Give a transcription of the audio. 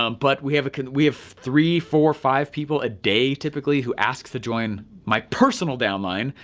um but we have we have three, four, five people a day typically who ask to join my personal downline,